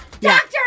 Doctor